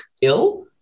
ill